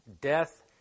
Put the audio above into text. Death